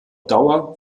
dauer